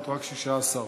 להצעה הזאת רק 16 תומכים.